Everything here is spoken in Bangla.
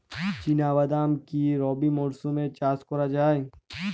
চিনা বাদাম কি রবি মরশুমে চাষ করা যায়?